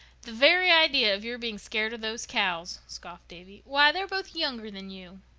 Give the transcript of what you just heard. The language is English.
the very idea of your being scared of those cows, scoffed davy. why, they're both younger than you.